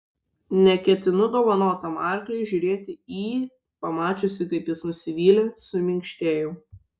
neketinu dovanotam arkliui žiūrėti į pamačiusi kaip jis nusivylė suminkštėjau